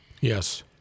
Yes